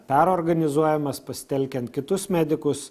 perorganizuojamas pasitelkiant kitus medikus